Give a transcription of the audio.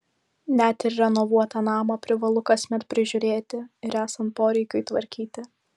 net ir renovuotą namą privalu kasmet prižiūrėti ir esant poreikiui tvarkyti